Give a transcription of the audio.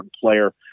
player